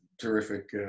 terrific